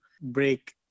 break